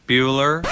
Bueller